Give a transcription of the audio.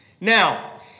Now